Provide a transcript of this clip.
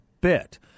bit